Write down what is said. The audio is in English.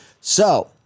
So-